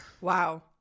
Wow